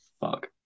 fuck